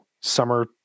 summer